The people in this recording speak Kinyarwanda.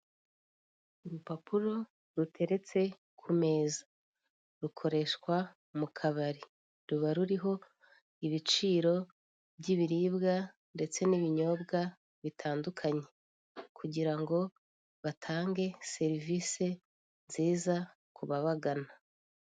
Urupapuro ruteretse ku meza, rukoreshwa mu kabari, ruba ruriho ibiciro by'ibiribwa ndetse n'ibinyobwa bitandukanye, kugira ngo batange serivisi nziza kubagana.